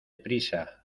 prisa